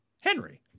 Henry